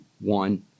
One